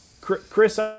chris